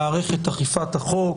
מערכת אכיפת החוק,